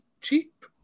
cheap